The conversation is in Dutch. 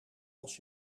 als